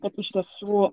kad iš tiesų